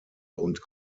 und